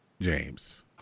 James